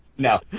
No